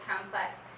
complex